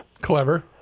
Clever